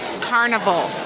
carnival